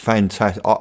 Fantastic